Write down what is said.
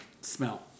smell